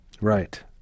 Right